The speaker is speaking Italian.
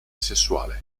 sessuale